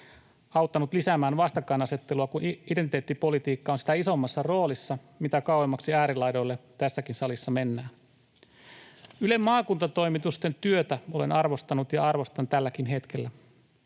auttanut lisäämään vastakkainasettelua, kun identiteettipolitiikka on sitä isommassa roolissa, mitä kauemmaksi äärilaidoille tässäkin salissa mennään. Ylen maakuntatoimitusten työtä olen arvostanut ja arvostan tälläkin hetkellä.